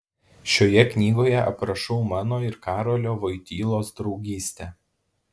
šioje knygoje aprašau mano ir karolio voitylos draugystę